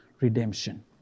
redemption